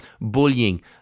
bullying